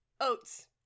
oats